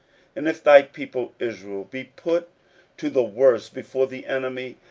and if thy people israel be put to the worse before the enemy,